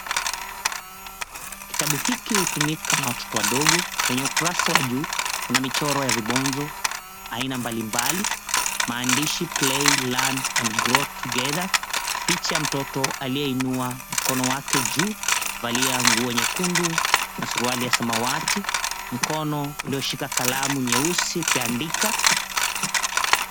Kitabu hiki hutumika na watoto wadogo. Kwenye ukurasa wa juu kuna michoro ya vibonzo aina mbalimbali, maandishi, Play learn and grow together . Picha ya mtoto aliyeinua mkono wake juu, amevalia nguo nyekundu na suruali ya samawati. Mkono ulioshika kalamu nyeusi ukiandika.